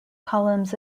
columns